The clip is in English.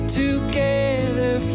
together